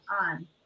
on